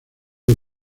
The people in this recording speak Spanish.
del